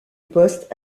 poste